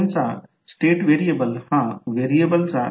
तर एका कॉइलमध्ये करंट येत आहे परंतु इतर कॉइलमध्ये डॉट पासून दूर जात आहे